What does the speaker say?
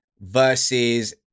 versus